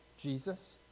Jesus